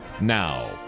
Now